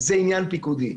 זה עניין פיקודי.